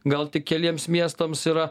gal tik keliems miestams yra